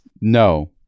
No